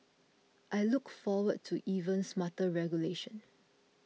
I look forward to even smarter regulation